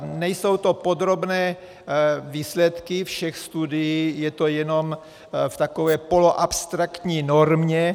Nejsou to podrobné výsledky všech studií, je to jenom v takové poloabstraktní normě.